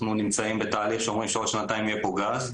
נמצאים בתהליך שאומרים שבעוד שנתיים יהיה פה גז.